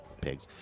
pigs